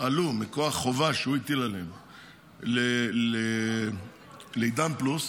מכוח חובה שהוא הטיל עליהם לעידן פלוס,